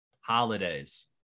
holidays